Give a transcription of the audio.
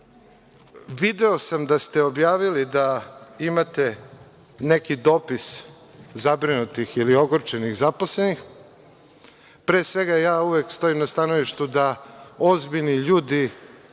sam da ste objavili da imate neki dopis zabrinutih ili ogorčenih zaposlenih. Pre svega, ja uvek stojim na stanovištu da ozbiljni ljudi